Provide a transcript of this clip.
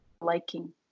liking